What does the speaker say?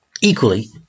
equally